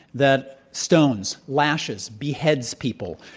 that stones, lashes, beheads people.